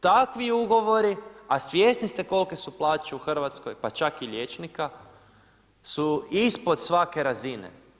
Takvi ugovori, a svjesni ste kolike su plaće u Hrvatskoj, pa čak i liječnika, su ispod svake razine.